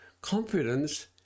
confidence